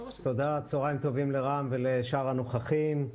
תודה וצוהריים טובים לרם ולשאר הנוכחים.